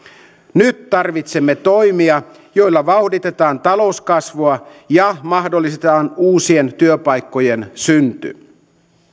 nyt tarvitsemme toimia joilla vauhditetaan talouskasvua ja mahdollistetaan uusien työpaikkojen synty